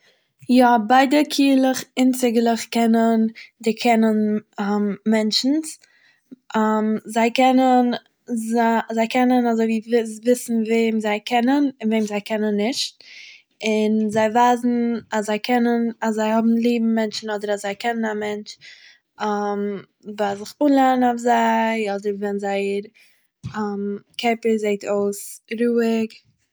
יא, ביידע קוה'לעך און ציגעלעך קענען דערקענען מענטשען'ס, זיי קענען זיי זיי קענען אזוי ווי וויסן ווער וועם זיי קענען און וועם זיי קענען נישט, און זיי ווייזן אז זיי קענען אז זיי האבן ליב מענטשען אדער זיי קענען א מענטש ביי זיך אנלאנען אויף זיי אדער ווען זיי קערפער זעהט אויס ראויג.